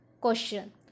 Question